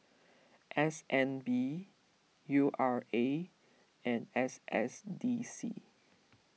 S N B U R A and S S D C